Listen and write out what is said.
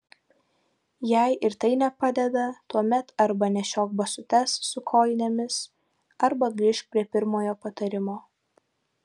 jei ir tai nepadeda tuomet arba nešiok basutes su kojinėmis arba grįžk prie pirmojo patarimo